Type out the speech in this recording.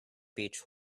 beach